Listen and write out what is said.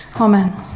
Amen